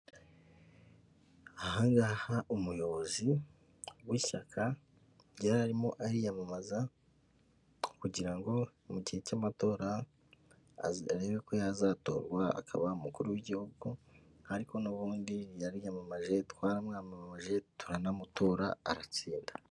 Ahangaha umuyobozi w'ishyaka arimo yari arimo ariyamamaza, kugira ngo mu gihe cy'amatora arebe ko yazatorwa akaba umukuru w'igihugu, ariko n'ubundi yariyamamaje twaramwamamaje, turanamutora, aratsinda.